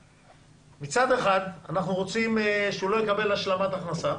אז מצד אחד, אנחנו רוצים שהוא לא יקבל השלמת הכנסה